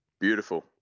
Beautiful